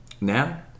Now